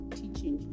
teaching